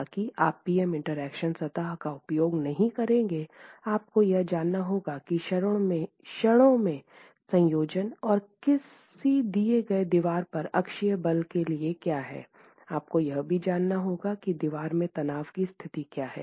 हालाँकि आप P M interaction सतह का उपयोग नहीं करेंगे आपको यह जानना होगा कि क्षणों के संयोजन और किसी दिए गए दीवार पर अक्षीय बल के लिए क्या है आपको यह भी जानना होगा कि दीवार में तनाव की स्थिति क्या है